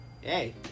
hey